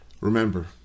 remember